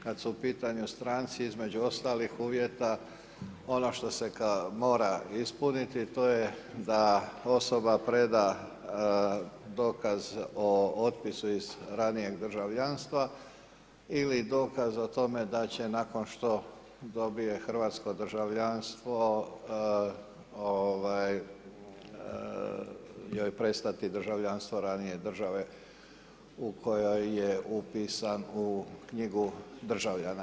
Kada su u pitanju stranci između ostalih uvjeta ono što se kao mora ispuniti to je da osoba preda dokaz o otpisu iz ranijeg državljanstva ili dokaz o tome da će nakon što dobije hrvatsko državljanstvo joj prestati državljanstvo ranije države u kojoj je upisan u knjigu državljana.